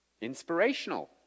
inspirational